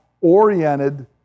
oriented